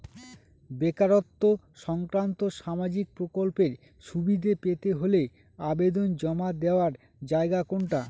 বেকারত্ব সংক্রান্ত সামাজিক প্রকল্পের সুবিধে পেতে হলে আবেদন জমা দেওয়ার জায়গা কোনটা?